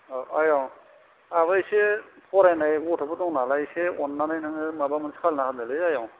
आयं आहाबो इसे फरायनाय गथ'फोर दं नालाय इसे अननानै नोङो माबा मोनसे खालामना होदोलै आयं